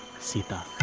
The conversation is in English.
sita.